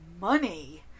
money